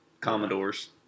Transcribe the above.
Commodores